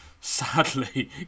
Sadly